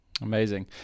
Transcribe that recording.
Amazing